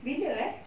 bila eh